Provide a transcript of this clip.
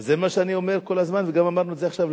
וזה מה שאני אומר כל הזמן וגם אמרנו את זה עכשיו,